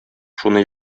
шуны